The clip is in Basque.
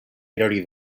erori